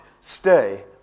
stay